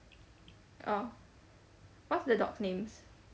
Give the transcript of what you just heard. orh what's the dogs' names